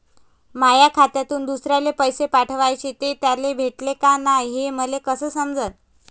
माया खात्यातून दुसऱ्याले पैसे पाठवले, ते त्याले भेटले का नाय हे मले कस समजन?